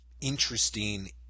interesting